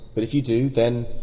but if you do, then,